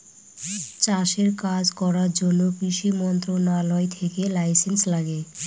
চাষের কাজ করার জন্য কৃষি মন্ত্রণালয় থেকে লাইসেন্স লাগে